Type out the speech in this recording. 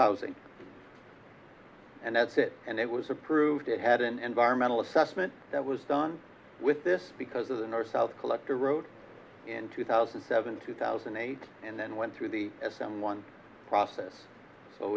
housing and that's it and it was approved it had an environmental assessment that was done with this because of the north south collector road in two thousand and seven two thousand and eight and then went through the as someone process so